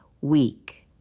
weak